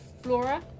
Flora